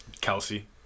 Kelsey